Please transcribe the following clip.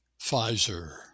Pfizer